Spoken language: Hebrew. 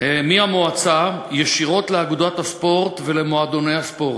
מהמועצה ישירות לאגודות הספורט ולמועדוני הספורט.